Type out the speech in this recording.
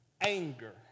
anger